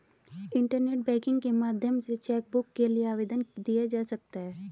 internet banking के माध्यम से चैकबुक के लिए आवेदन दिया जा सकता है